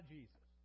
Jesus